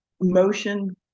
motion